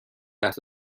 بحث